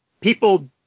people